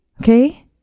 Okay